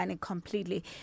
completely